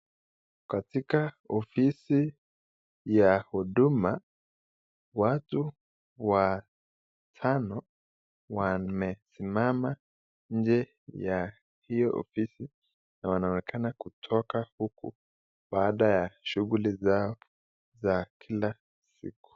Katika ofisi ya huduma watu watano wamsimama nje ya iyo ofisi na wanaoneka kuchoka huku baada ya shughuli zao za kila siku.